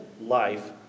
life